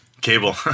cable